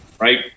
right